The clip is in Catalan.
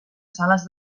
sales